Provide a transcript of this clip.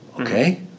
okay